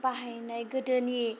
बाहायनाय गोदोनि